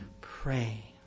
pray